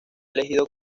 elegido